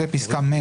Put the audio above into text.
ופסקה (מ),